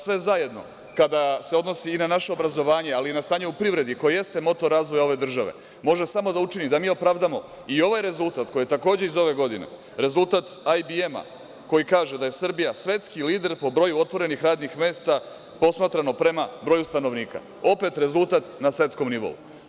Sve zajedno, kada se odnosi na naše obrazovanje, ali i na stanje u privredi koje jeste motor razvoja ove države, može samo da učini da mi opravdamo i ovaj rezultat koji je takođe iz ove godine, rezultat IBM, koji kaže da je Srbija svetski lider po broju otvorenih radnih mesta posmatramo prema broju stanovnika, opet rezultat na svetskom nivou.